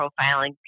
profiling